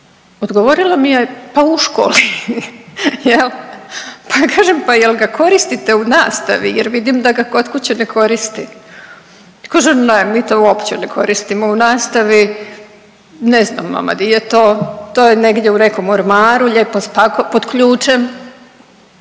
Odgovorila mi je pa u školi jel, pa ja kažem jel ga koristite u nastavi jer vidim da ga kod kuće ne koristi. Kaže ne, mi to uopće ne koristimo u nastavi, ne znam mama di je to, to je negdje u nekom ormaru lijepo pod ključem.